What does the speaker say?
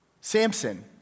Samson